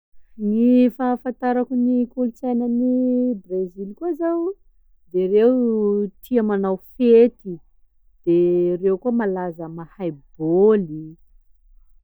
Gny fahafantarako ny kolontsaina any Brezily koa zao de reo tia manao fety, de reo koa malaza mahay bôly.